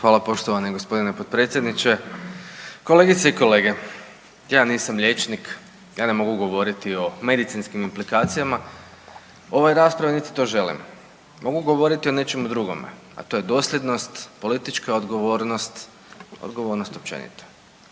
Hvala poštovani g. potpredsjedniče. Kolegice i kolege. Ja nisam liječnik ja ne mogu govoriti o medicinskim implikacijama u ovoj raspravi niti to želim. Mogu govoriti o nečem drugome, a to je dosljednost, politička odgovornost, odgovornost općenito